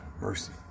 mercy